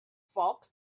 folk